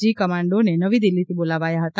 જી કમાન્ડોને નવી દિલ્હી થી બોલાવાયા હતા